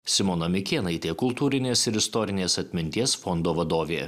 simoną mikėnaitė kultūrinės ir istorinės atminties fondo vadovė